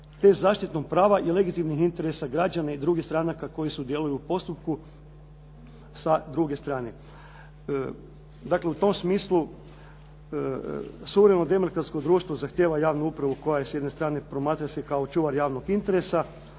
te zaštitnog prava i legitimnih interesa građana i drugih stranaka koji sudjeluju u postupku sa druge strane. Dakle, u tom smislu suvremeno demokratsko društvo zahtijeva javnu upravu koja s jedne strane promatra se kao čuvar javnog interesa,